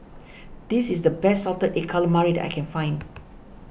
this is the best Salted Egg Calamari that I can find